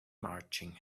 marching